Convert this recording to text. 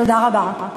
תודה רבה.